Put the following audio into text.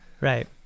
Right